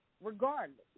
regardless